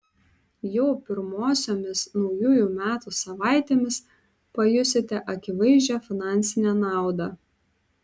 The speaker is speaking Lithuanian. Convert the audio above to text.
jau pirmosiomis naujųjų metų savaitėmis pajusite akivaizdžią finansinę naudą